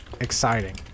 exciting